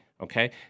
okay